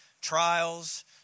trials